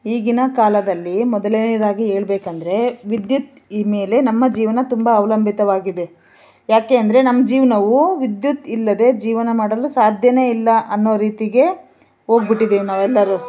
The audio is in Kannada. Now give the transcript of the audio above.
ಈಗಿನ ಕಾಲದಲ್ಲಿ ಮೊದಲನೆಯದಾಗಿ ಹೇಳಬೇಕೆಂದರೆ ವಿದ್ಯುತ್ ಈ ಮೇಲೆ ನಮ್ಮ ಜೀವನ ತುಂಬ ಅವಲಂಬಿತವಾಗಿದೆ ಏಕೆ ಅಂದರೆ ನಮ್ಮ ಜೀವನವು ವಿದ್ಯುತ್ ಇಲ್ಲದೇ ಜೀವನ ಮಾಡಲು ಸಾಧ್ಯವೇ ಇಲ್ಲ ಅನ್ನೋ ರೀತಿಗೆ ಹೋಗಿಬಿಟ್ಟಿದ್ದೀವಿ ನಾವೆಲ್ಲರು